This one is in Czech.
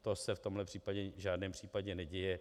To se v tomhle případě v žádném případě neděje.